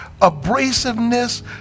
abrasiveness